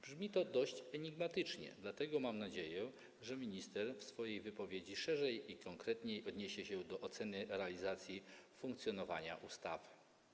Brzmi to dość enigmatycznie, dlatego mam nadzieję, że minister w swojej wypowiedzi szerzej i konkretniej odniesie się do oceny realizacji funkcjonowania ustawy.